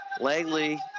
Langley